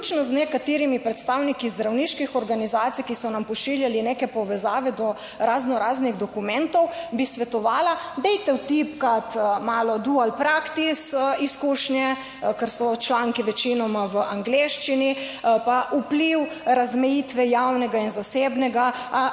z nekaterimi predstavniki zdravniških organizacij, ki so nam pošiljali neke povezave do razno raznih dokumentov, bi svetovala, dajte vtipkati malo / nerazumljivo/ praktis izkušnje, ker so članki večinoma v angleščini pa vpliv razmejitve javnega in zasebnega